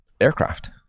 aircraft